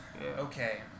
okay